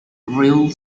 rule